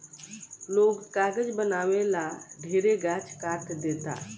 लोग कागज बनावे ला ढेरे गाछ काट देता